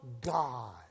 God